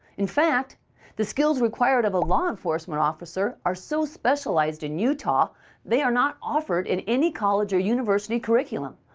in fact the skills required of a law enforcement officer are so specialized that in utah they are not offered in any college or university curriculum,